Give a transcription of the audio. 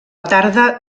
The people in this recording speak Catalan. tarda